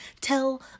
tell